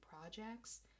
projects